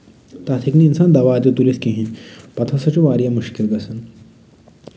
تتھ ہٮ۪کہِ نہٕ انسان دوا تہِ تُلِتھ کہیٖنۍ پَتہٕ ہسا چھُ واریاہ مُشکِل تہِ گژھان